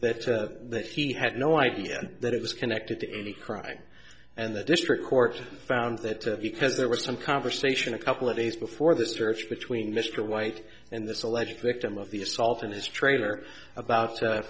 that to that he had no idea that it was connected to any crime and the district court found that because there was some conversation a couple of days before the search between mr white and this alleged victim of the assault in this trailer about